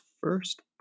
first